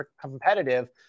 competitive